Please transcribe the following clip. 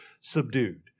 subdued